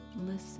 listen